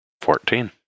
Fourteen